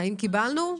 האם קיבלנו?